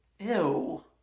ew